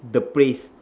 the place